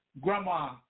Grandma